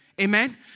Amen